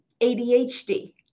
ADHD